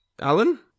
Alan